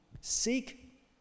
Seek